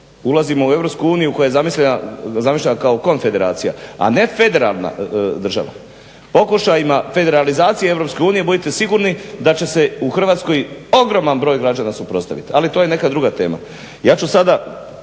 ulazimo u EU koja je zamišljena kao konfederacija a ne federalna država. Pokušajima federalizacije EU budite sigurni da će se u Hrvatskoj ogroman broj građana suprotstaviti. Ali to je neka druga tema. Ja ću sada